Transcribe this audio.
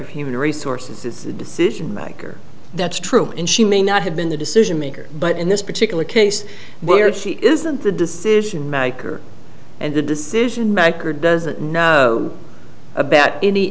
of human resources is the decision maker that's true and she may not have been the decision maker but in this particular case where she isn't the decision maker and the decision maker doesn't know about any